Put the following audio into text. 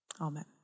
Amen